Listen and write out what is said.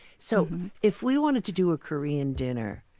so if we wanted to do a korean dinner,